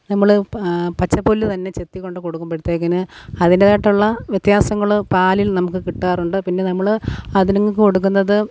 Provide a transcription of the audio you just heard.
നമ്മള് പച്ചപ്പുല്ല് തന്നെ ചെത്തിക്കൊണ്ടുകൊടുക്കുമ്പോഴത്തെക്കിന് അതിൻറ്റേതായിട്ടുള്ള വ്യത്യാസങ്ങള് പാലിൽ നമുക്ക് കിട്ടാറുണ്ട് പിന്നെ നമ്മള് അതിനുങ്ങള്ക്കു കൊടുക്കുന്നത്